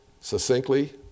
succinctly